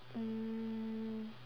mm